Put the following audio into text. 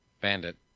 Bandit